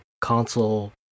console